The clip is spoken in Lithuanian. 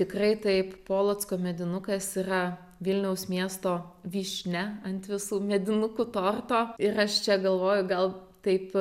tikrai taip polocko medinukas yra vilniaus miesto vyšnia ant visų medinukų torto ir aš čia galvoju gal taip